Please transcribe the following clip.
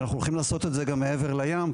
אנחנו הולכים לעשות את זה גם מעבר לים,